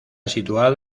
situado